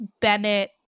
Bennett